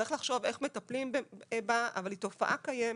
צריך לחשוב איך מטפלים בה, אבל היא תופעה קיימת.